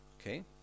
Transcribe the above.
Okay